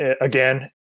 again